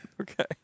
Okay